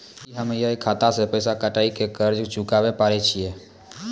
की हम्मय खाता से पैसा कटाई के कर्ज चुकाबै पारे छियै?